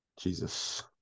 Jesus